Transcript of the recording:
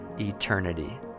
eternity